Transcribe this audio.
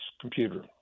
computer